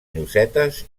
llosetes